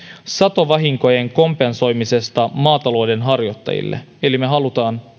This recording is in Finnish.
satovahinkojen kompensoimisesta maatalouden harjoittajille eli me haluamme